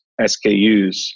SKUs